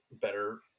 better